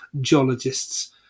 geologists